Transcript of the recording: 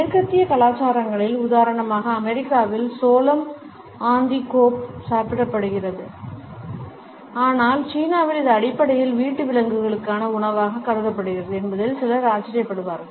மேற்கத்திய கலாச்சாரங்களில் உதாரணமாக அமெரிக்காவில் சோளம் ஆன் தி கோப் சாப்பிடப்படுகிறது ஆனால் சீனாவில் இது அடிப்படையில் வீட்டு விலங்குகளுக்கான உணவாக கருதப்படுகிறது என்பதில் சிலர் ஆச்சரியப்படுவார்கள்